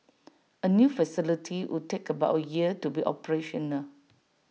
A new facility would take about A year to be operational